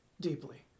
Deeply